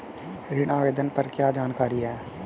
ऋण आवेदन पर क्या जानकारी है?